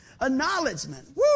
Acknowledgement